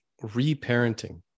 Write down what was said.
re-parenting